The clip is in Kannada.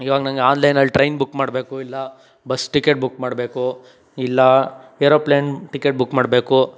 ಇವಾಗ ನನಗೆ ಆನ್ಲೈನಲ್ಲಿ ಟ್ರೈನ್ ಬುಕ್ ಮಾಡಬೇಕು ಇಲ್ಲ ಬಸ್ ಟಿಕೆಟ್ ಬುಕ್ ಮಾಡಬೇಕು ಇಲ್ಲ ಏರೋಪ್ಲೇನ್ ಟಿಕೆಟ್ ಬುಕ್ ಮಾಡಬೇಕು